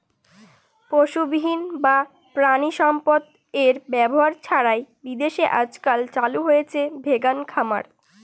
পশুবিহীন বা প্রানীসম্পদ এর ব্যবহার ছাড়াই বিদেশে আজকাল চালু হয়েছে ভেগান খামার